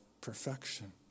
perfection